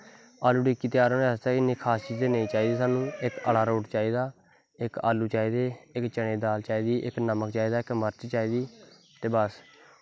आलू टिक्की त्यार होने आस्तै इन्नी खास चीजां नेईंं चाहिदियां सानूं आरारोट चाहिदा इक आलू चाहिदे इक चनें दी दाल चाहिदी इक नमक चाहिदा ते बस